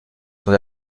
son